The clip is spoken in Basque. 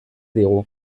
digu